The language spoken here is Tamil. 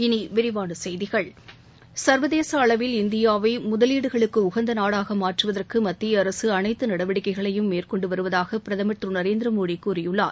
இனி விரிவான செய்திகள் சா்வதேச அளவில் இந்தியாவை முதலீடுகளுக்கு உகந்த நாடாக மாற்றுவதற்கு மத்திய அரசு அனைத்து நடவடிக்கைகளையும் மேற்கொண்டு வருவதாக பிரதமர் திரு நரேந்திரமோடி கூறியுள்ளார்